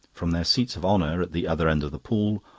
from their seats of honour at the other end of the pool,